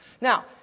Now